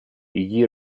gli